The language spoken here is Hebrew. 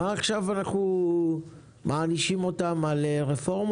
על מה אנחנו עכשיו מענישים אותם על רפורמות?